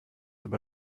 über